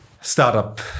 Startup